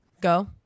Go